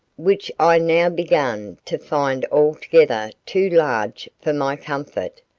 which i now began to find altogether too large for my comfort.